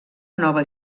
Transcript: nova